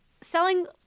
selling